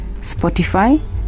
spotify